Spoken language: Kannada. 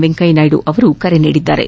ವೆಂಕಯ್ಖನಾಯ್ಡು ಕರೆ ನೀಡಿದ್ದಾರೆ